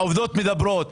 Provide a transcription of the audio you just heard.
העובדות מדברות.